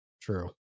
true